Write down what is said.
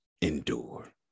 endure